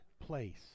place